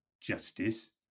justice